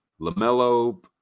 LaMelo